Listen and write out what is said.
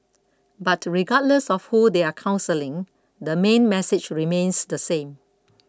but regardless of who they are counselling the main message remains the same